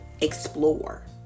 explore